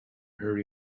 hurry